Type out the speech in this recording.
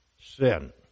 Sin